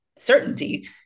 certainty